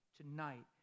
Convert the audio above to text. tonight